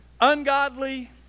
ungodly